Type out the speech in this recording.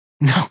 No